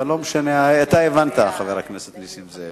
זה לא משנה, אתה הבנת, חבר הכנסת נסים זאב.